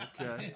Okay